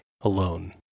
alone